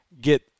get